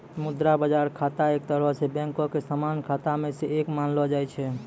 मुद्रा बजार खाता एक तरहो से बैंको के समान्य खाता मे से एक मानलो जाय छै